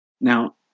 Now